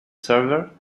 server